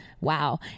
wow